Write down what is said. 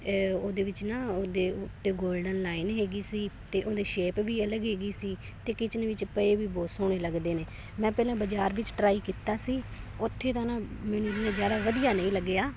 ਉਹਦੇ ਵਿੱਚ ਨਾ ਉਹਦੇ ਉੱਤੇ ਗੋਲਡਨ ਲਾਈਨ ਹੈਗੀ ਸੀ ਅਤੇ ਉਹਦੇ ਸ਼ੇਪ ਵੀ ਅਲੱਗ ਹੈਗੀ ਸੀ ਅਤੇ ਕਿਚਨ ਵਿੱਚ ਪਏ ਵੀ ਬਹੁਤ ਸੋਹਣੇ ਲੱਗਦੇ ਨੇ ਮੈਂ ਪਹਿਲਾਂ ਬਾਜ਼ਾਰ ਵਿੱਚ ਟਰਾਈ ਕੀਤਾ ਸੀ ਉੱਥੇ ਦਾ ਨਾ ਮੈਨੂੰ ਨਜ਼ਾਰਾ ਵਧੀਆ ਨਹੀਂ ਲੱਗਿਆ